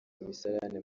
imisarane